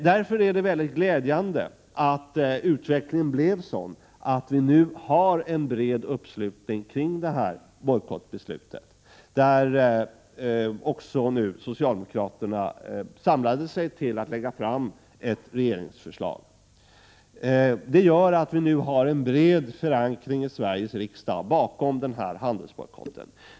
Därför är det mycket glädjande att utvecklingen blev sådan att vi nu har en bred förankring kring detta bojkottbeslut, när också socialdemokraterna samlat sig till att lägga fram ett regeringsförslag. Detta gör att vi nu har en bred förankring i Sveriges riksdag bakom handelsbojkott.